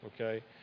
okay